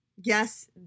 yes